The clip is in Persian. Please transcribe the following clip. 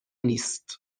نیست